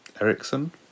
Ericsson